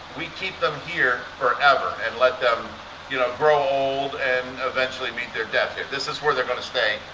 we keep them here forever and let them you know grow old and eventually meet their death here. this is where they're going to stay,